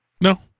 No